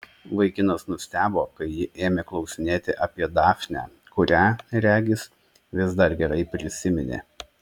vaikinas nustebo kai ji ėmė klausinėti apie dafnę kurią regis vis dar gerai prisiminė